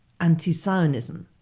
anti-Sionism